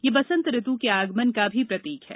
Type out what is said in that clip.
यह बसंत ऋतु के आगमन का भी प्रतिक है